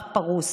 מערך הפרוס